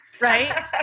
right